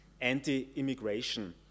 anti-immigration